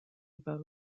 vote